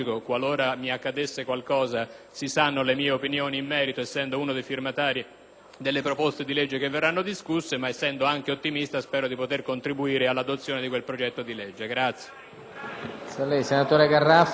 conoscono le mie opinioni in merito, essendo uno dei firmatari delle proposte di legge che verranno discusse, ma essendo anche ottimista spero di poter contribuire all'adozione di quel progetto.